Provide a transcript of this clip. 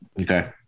Okay